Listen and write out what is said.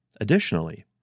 Additionally